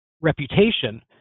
Reputation